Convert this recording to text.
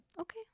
Okay